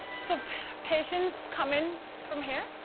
so patients come in from here.